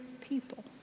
people